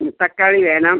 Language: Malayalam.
തക്കാളി വേണം